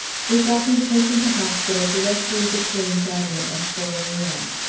we got him taken to hospital directly the train got in at four a m.